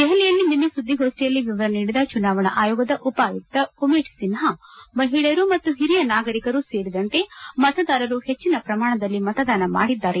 ದೆಹಲಿಯಲ್ಲಿ ನಿನ್ನೆ ಸುದ್ದಿಗೋಷ್ಡಿಯಲ್ಲಿ ವಿವರ ನೀಡಿದ ಚುನಾವಣಾ ಆಯೋಗದ ಉಪ ಆಯುಕ್ತ ಉಮೇಶ್ ಸಿನ್ಞಾ ಮಹಿಳೆಯರು ಮತ್ತು ಹಿರಿಯ ನಾಗರಿಕರು ಸೇರಿದಂತೆ ಮತದಾರರು ಹೆಚ್ಚಿನ ಪ್ರಮಾಣದಲ್ಲಿ ಮತದಾನ ಮಾಡಿದ್ದಾರೆ